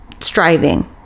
striving